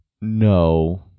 No